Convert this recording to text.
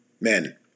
men